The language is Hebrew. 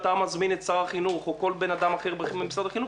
אתה מזמין את שר החינוך או כל אדם אחר במשרד החינוך,